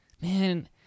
Man